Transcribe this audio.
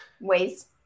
ways